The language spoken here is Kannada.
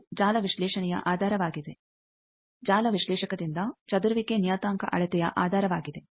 ಇದು ಜಾಲ ವಿಶ್ಲೇಷಣೆಯ ಆಧಾರವಾಗಿದೆ ಜಾಲ ವಿಶ್ಲೇಷಕದಿಂದ ಚದುರುವಿಕೆ ನಿಯತಾಂಕ ಅಳತೆಯ ಆಧಾರವಾಗಿದೆ